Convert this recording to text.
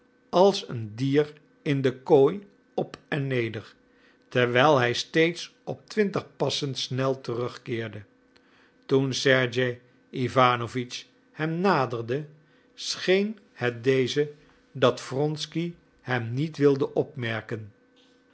als een dier in de kooi op en neder terwijl hij steeds op twintig passen snel terugkeerde toen sergej iwanowitsch hem naderde scheen het dezen dat wronsky hem niet wilde opmerken